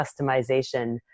customization